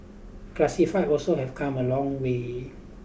classified also have come a long way